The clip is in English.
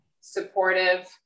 supportive